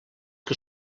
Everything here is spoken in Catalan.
que